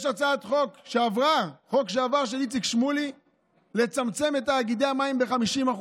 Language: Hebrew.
יש חוק שעבר של איציק שמולי לצמצם את תאגידי המים ב-50%.